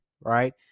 Right